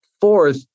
fourth